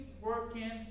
working